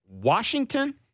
Washington